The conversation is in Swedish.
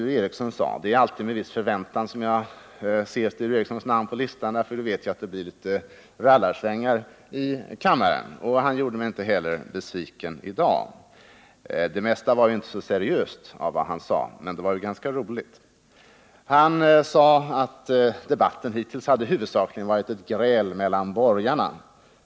2 maj 1979 Det är alltid med en viss förväntan som jag ser Sture Ericsons namn på talarlistan — då vet jag att det blir litet rallarsvingar i debatten. Och han gjorde mig inte besviken i dag heller. Det mesta av vad han sade var inte så seriöst, men det var ju ganska roligt. Han sade att debatten hittills huvudsakligen hade varit ett gräl mellan borgarna.